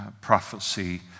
prophecy